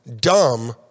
dumb